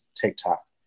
TikTok